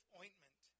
ointment